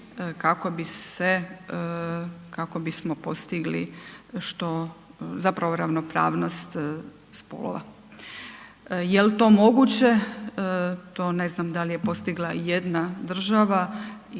kako bismo postigli, zapravo ravnopravnost spolova. Jel to moguće, to ne znam da li je postigla ijedna država